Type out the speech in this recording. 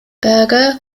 berger